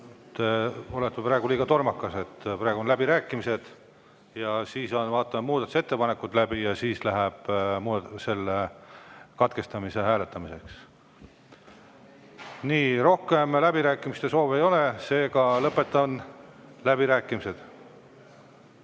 olete praegu liiga tormakas. Praegu on läbirääkimised, seejärel vaatame muudatusettepanekud läbi ja siis läheb selle katkestamise üle hääletamiseks. Rohkem läbirääkimiste soovi ei ole, seega lõpetan läbirääkimised.